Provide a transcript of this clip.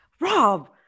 rob